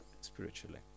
spiritually